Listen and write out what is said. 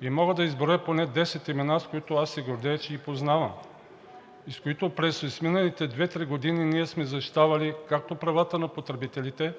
и мога да изброя поне десет имена, с които се гордея, че ги познавам, и с които през изминалите две-три години ние сме защитавали както правата на потребителите,